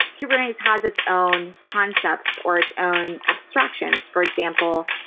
kubernetes has its own concepts or its own abstractions. for example,